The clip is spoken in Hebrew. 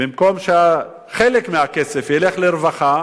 ובמקום שחלק מהכסף ילך לרווחה,